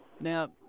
Now